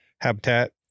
habitat